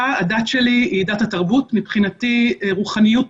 מתווה --------- יש לנו גם פרויקטור חדש.